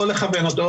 או לכוון אותו,